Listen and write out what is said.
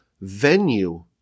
venue